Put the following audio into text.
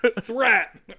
threat